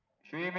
three but